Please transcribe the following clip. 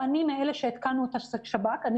אני מאלה שהתקנות את המגן,